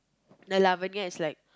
the Lavinia is like